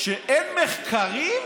שאין מחקרים,